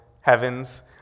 heavens